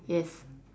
yes